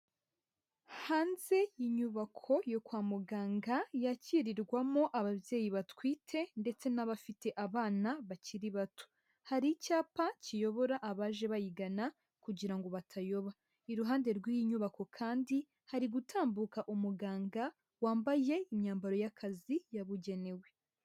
Hanze inyubako yo kwa muganga yakirirwamo ababyeyi batwite ndetse n'abafite abana bakiri bato, hari icyapa kiyobora abaje bayigana kugira ngo batayoba. Iruhande rw'iyi nyubako kandi hari gutambuka umuganga wambaye imyambaro y'akazi yabugenewe.